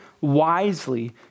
wisely